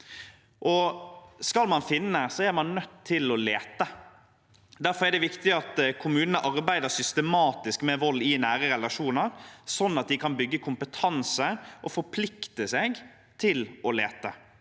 Skal man finne, er man nødt til å lete. Derfor er det viktig at kommunene arbeider systematisk med vold i nære relasjoner, sånn at de kan bygge kompetanse og forplikte seg til å lete.